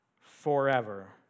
forever